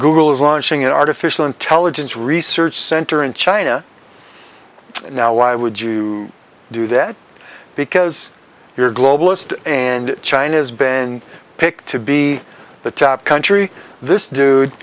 google is launching an artificial intelligence research center in china now why would you do that because you're globalist and china's been picked to be the top country this dude